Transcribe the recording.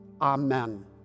Amen